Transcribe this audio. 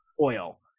oil